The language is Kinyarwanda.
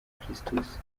christus